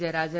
Jayarajan